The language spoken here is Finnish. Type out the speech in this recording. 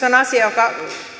on asia joka